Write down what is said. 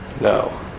No